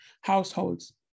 households